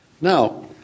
now